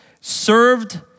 served